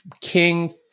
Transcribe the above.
King